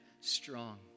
strong